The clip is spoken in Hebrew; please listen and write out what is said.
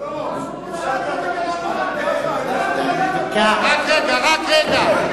לא לא, אפשר גם, רק רגע.